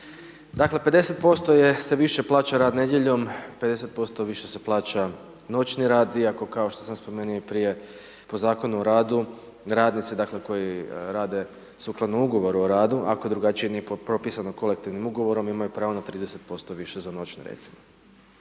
Dakle, 50% se više plaća rad nedjeljom, 50% više se plaća noćni rad, iako kao što sam spomenuo i prije po Zakonu o radu, radnici, dakle koji rade sukladno Ugovoru o radu, ako drugačije nije propisano kolektivnim ugovorom, imaju pravo na 30% više za noćne, recimo.